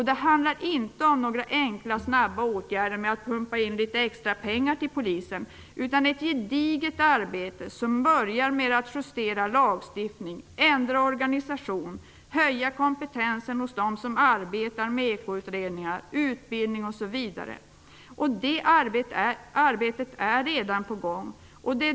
Det handlar inte om några enkla, snabba åtgärder såsom att pumpa in litet extra pengar till Polisen utan om ett gediget arbete som börjar med en justerad lagstiftning, ändrad organisation, höjd kompetens hos dem som arbetar med ekoutredningar, utbildning osv. Det arbetet är redan på gång.